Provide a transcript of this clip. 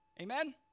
Amen